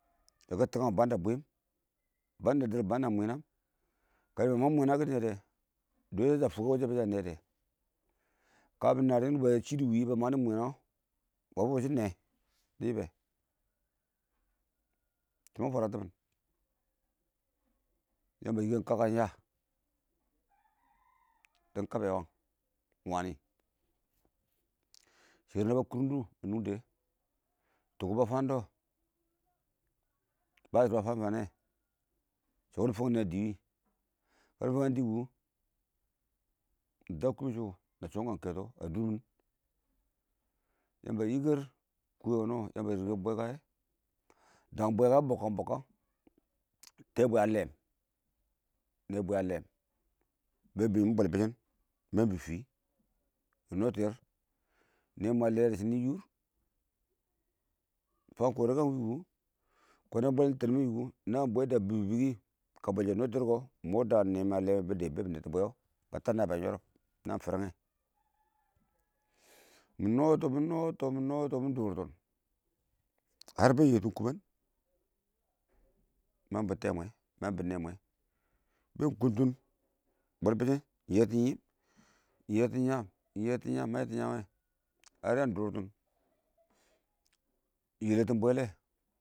yaki tɪkang banda bwɪm bada dir banda mwinam kə nɪ ba mang mwinam mɛ kɛ kɪ nɛdɛ dɔshi bɛ sha fʊk wishɛ sha nɛdɛ kabɪ nabshi bwɛ naba shʊdʊ wɪɪn nabba mangdʊ mwinan kamba diki nɛ ma fwara timin yamba a yiken kakan dɪn ya, dɪn kaɛ wangɪn iɪng wani shɪrr nabba kʊrʊn dɔ ba shɪdo bafan fanne shɔri fʊkkin nɪ a dɪ wɪɪn. ba daɔ kumɪ shʊ ba chʊm kwan kɛtɔ a dʊ mɪn yamba a yiker kuwe yamba a yiker bwakayɛ da bwɛyayɛ bɪ bɔkkang bɔkkan nebwe a lem teebwe a len ba bibyi mɪn bwɛl bisshin ma yimbɔ fɪ minɔtɔ yir nɛmwɛ a lɛ dɪ shidʊ yʊr, fan kore kɪma wɪɪn kʊ kɔda n bwɛl tɛn mɛ iɪng wɪɪn kʊ naan bwe da a bibi mɛ da nɛmwɛ, a lɛ wɛ ba dɛnni babi nɛts bwe wo ba tab naan biyang yɔrɔb naan nɪ nan ferenge minɛtɔ minɛtɔ mɪ dʊrtin, bɛn yɛti kʊbang ma yimbʊ nɛ mwɛ ma yimbɔ tɛɛ mwɛ bɛ kuntʊ bwɔl bisshim bɛ yɛ tɪn yimɔ iɪng yetin yaam ma yɛtin yaam wɛ ya dʊrtʊ iɪng yɛlɛtin bole.